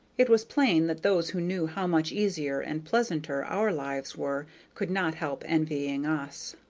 it was plain that those who knew how much easier and pleasanter our lives were could not help envying us.